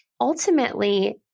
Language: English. ultimately